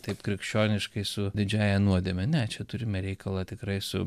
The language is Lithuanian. taip krikščioniškai su didžiąja nuodėme ne čia turime reikalą tikrai su